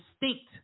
distinct